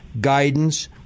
guidance